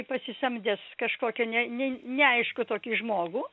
pasisamdęs kažkokį ne ne neaiškų tokį žmogų